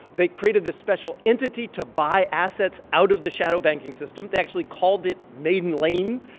they've created this special entity to buy assets out of the shadow banking system. they actually called it maiden lane,